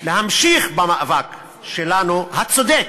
להמשיך במאבק שלנו, הצודק,